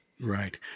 Right